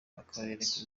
bakabereka